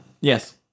Yes